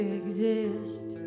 exist